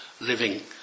living